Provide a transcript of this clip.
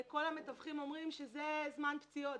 כל המתווכים אומרים שזה זמן הפציעות,